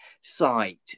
site